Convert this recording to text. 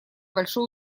большое